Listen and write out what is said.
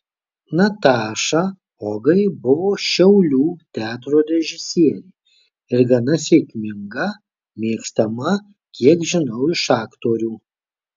nataša ogai buvo šiaulių teatro režisierė ir gana sėkminga mėgstama kiek žinau iš aktorių